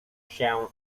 się